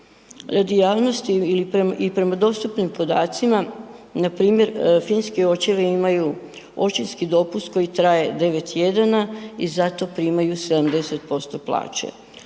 Radi javnosti i prema dostupnim podacima npr. finski očevi imaju očinski dopust koji traje 9 tjedana i za to primaju 70% plaće,